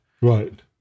Right